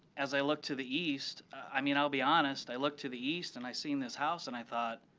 as i looked to the east, i mean, i'll be honest i looked to the east and i seen this house and i thought,